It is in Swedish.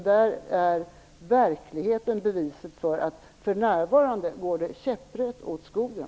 Där är verkligheten beviset för att det för närvarande går käpprätt åt skogen.